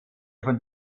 von